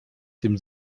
dem